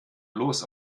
los